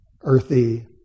earthy